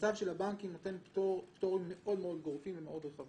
ואם הם יפרסמו את זה בעוד שנתיים,